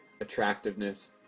Attractiveness